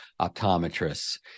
optometrists